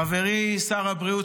חברי שר הבריאות,